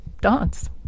dance